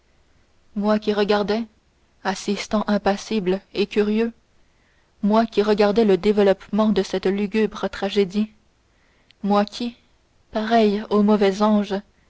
moi qui regardais assistant impassible et curieux moi qui regardais le développement de cette lugubre tragédie moi qui pareil au mauvais ange